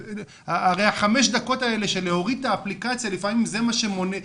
הרי חמש הדקות האלה של להוריד את האפליקציה לפעמים זה מה שמונע.